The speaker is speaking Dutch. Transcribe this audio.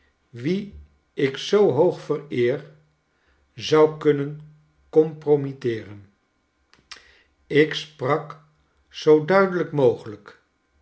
wie ik zoo hoog vereer zou kunnen compromitteeren ik sprak zoo duidelijk mogelijk